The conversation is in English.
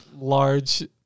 large